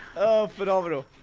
oh, phenomenal